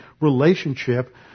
relationship